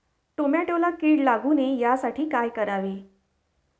टोमॅटोला कीड लागू नये यासाठी काय करावे?